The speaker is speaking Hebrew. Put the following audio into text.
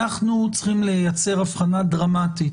אנחנו צריכים לייצר הבחנה דרמטית